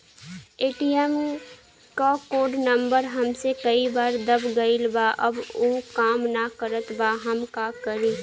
ATM क code number हमसे कई बार दब गईल बा अब उ काम ना करत बा हम का करी?